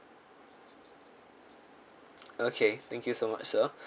okay thank you so much sir